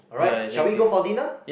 alright shall we go for dinner